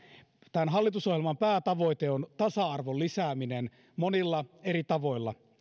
tämän hallitusohjelman päätavoite on tasa arvon lisääminen monilla eri tavoilla